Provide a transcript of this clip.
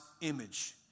image